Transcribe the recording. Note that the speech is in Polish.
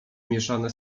mieszane